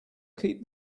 keep